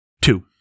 Two